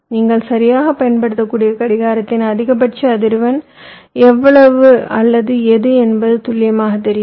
நீங்கள் சரியாகப் பயன்படுத்தக்கூடிய கடிகாரத்தின் அதிகபட்ச அதிர்வெண் எவ்வளவு அல்லது எது என்பது துல்லியமாக தெரியும்